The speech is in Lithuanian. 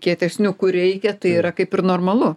kietesniu kur reikia tai yra kaip ir normalu